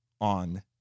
on